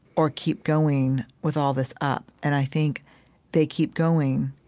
or keep going with all this up. and i think they keep going,